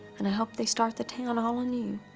and i hope they start the town all anew.